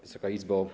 Wysoka Izbo!